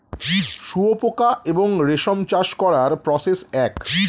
শুয়োপোকা এবং রেশম চাষ করার প্রসেস এক